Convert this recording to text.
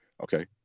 Okay